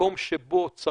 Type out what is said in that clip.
שבמקום שבו צריך